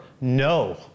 No